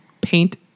paint